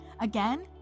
again